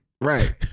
Right